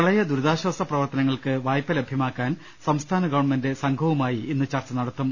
പ്രളയ ദുരിതാശ്ചാസ പ്രവർത്തനങ്ങൾക്ക് വായ്പ ലഭിക്കാൻ സംസ്ഥാന ഗവൺമെന്റ് സംഘവുമായി ഇന്ന് ചർച്ച നടത്തും